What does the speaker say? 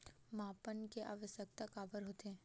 मापन के आवश्कता काबर होथे?